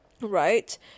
right